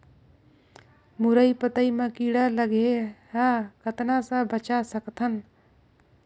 मुरई पतई म कीड़ा लगे ह कतना स बचा सकथन?